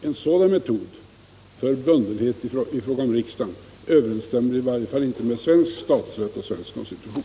En sådan metod för bundenhet i fråga om riksdagen överensstämmer i varje fall inte med svensk statsrätt och svensk konstitution.